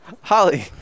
Holly